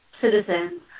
citizens